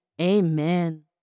amen